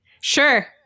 Sure